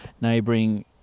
neighbouring